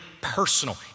personal